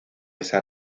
esa